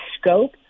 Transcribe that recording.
scope